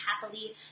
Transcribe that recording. happily